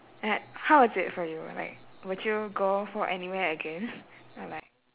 like how is it for you like would you go for anywhere again or like